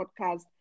podcast